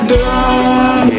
done